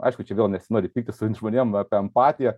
aišku čia vėl nesinori pyktis su žmonėm apie empatiją